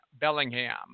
Bellingham